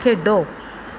ਖੇਡੋ